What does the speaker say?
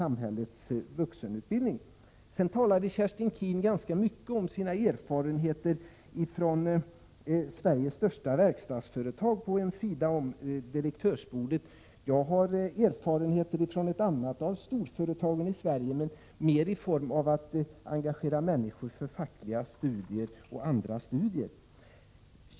Kerstin Keen talade ganska mycket om sina erfarenheter ifrån Sveriges största verkstadsföretag på en sida av direktörsbordet. Jag har också erfarenheter ifrån ett annat av storföretagen i Sverige. Det gällde emellertid mer att engagera människor för fackliga studier och andra studier.